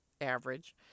average